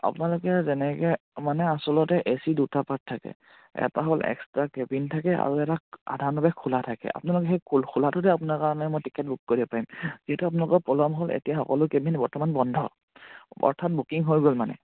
আপোনালোকে যেনেকে মানে আচলতে এ চি দুটা পাৰ্ট থাকে এটা হ'ল এক্সট্ৰা কেবিন থাকে আৰু এটা আধাালৈকো খোলা থাকে আপোনালোকে সেই খোলাটোতে আপোনাৰ কাৰণে মই টিকেট বুক কৰিব পাৰিম যিহেতু আপোনালোকৰ পলম হ'ল এতিয়া সকলো কেবিন বৰ্তমান বন্ধ অৰ্থাৎ বুকিং হৈ গ'ল মানে